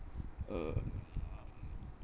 um